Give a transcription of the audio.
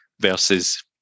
versus